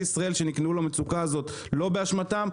ישראל שנקלעו למצוקה הזאת לא באשמתם,